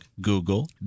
Google